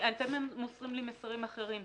מוסרים לי מסרים אחרים.